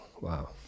wow